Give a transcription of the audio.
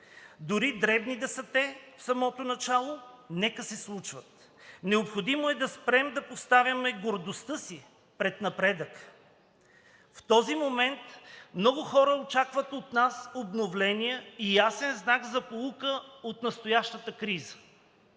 дори дребни да са те в самото начало, нека се случват! Необходимо е да спрем да поставяме гордостта си пред напредъка. В този момент много хора очакват от нас обновление и ясен знак за поука от настоящата криза.